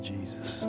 Jesus